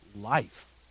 life